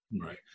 Right